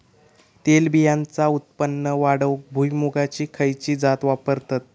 तेलबियांचा उत्पन्न वाढवूक भुईमूगाची खयची जात वापरतत?